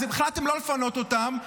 אז החלטתם לא לפנות אותם,